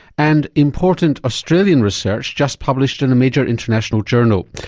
and important australian research just published in a major international journal.